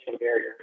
barrier